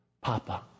Papa